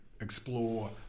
explore